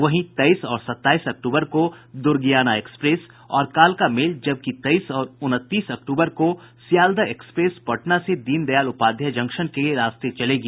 वहीं तेईस और सताईस अक्टूबर को दुर्गियाना एक्सप्रेस और कालका मेल जबकि तेईस और उनतीस अक्टूबर को सियालदह एक्सप्रेस पटना से दीनदयाल उपाध्याय जंक्शन के रास्ते चलेगी